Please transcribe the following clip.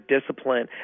discipline